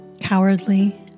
cowardly